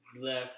left